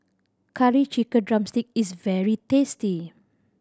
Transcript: Curry Chicken drumstick is very tasty